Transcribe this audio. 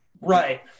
Right